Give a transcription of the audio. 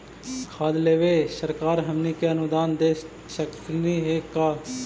खाद लेबे सरकार हमनी के अनुदान दे सकखिन हे का?